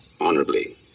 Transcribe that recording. honorably